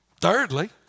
Thirdly